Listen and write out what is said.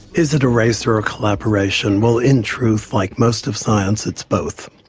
is it a race or a collaboration? well, in truth, like most of science, it's both.